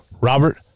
Robert